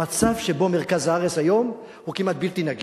במצב שבו מרכז הארץ היום, הוא כמעט בלתי נגיש,